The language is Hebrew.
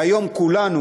והיום כולנו,